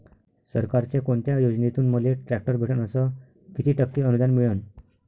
सरकारच्या कोनत्या योजनेतून मले ट्रॅक्टर भेटन अस किती टक्के अनुदान मिळन?